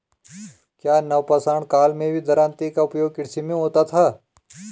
क्या नवपाषाण काल में भी दरांती का उपयोग कृषि में होता था?